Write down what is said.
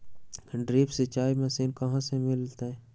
Drip सिंचाई machine कहाँ से मिलतै?